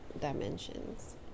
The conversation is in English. dimensions